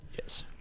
Yes